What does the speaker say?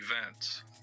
events